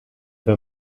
were